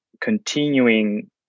continuing